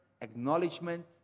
acknowledgement